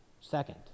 Second